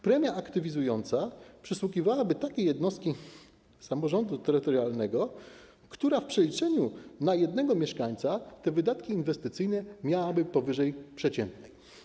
Premia aktywizująca przysługiwałaby takiej jednostce samorządu terytorialnego, która w przeliczeniu na jednego mieszkańca te wydatki inwestycyjne miałaby powyżej przeciętnej.